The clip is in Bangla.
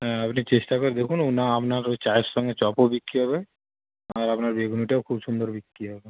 হ্যাঁ আপনি চেষ্টা করে দেখুন ও না আপনার ওই চায়ের সঙ্গে চপও বিক্রি হবে আর আপনার বেগুনিটাও খুব সুন্দর বিক্রি হবে